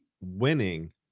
winning